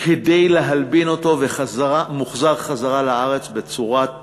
כדי להלבין אותו ולהחזירו לארץ בצורת